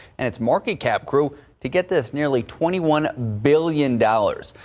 and its market cap grew to get this nearly twenty one billion dollars.